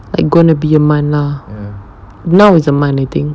like going to be a month lah now is a month I think